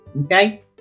Okay